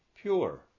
pure